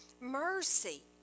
mercy